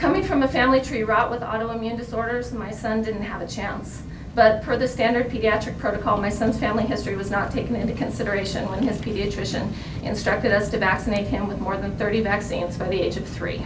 coming from a family tree route with autoimmune disorders my son didn't have a chance but for the standard pediatric protocol my son's family history was not taken into consideration when his pediatrician instructed us to vaccinate him with more than thirty vaccines by the age of three